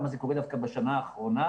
למה זה קורה דווקא בשנה האחרונה.